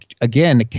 again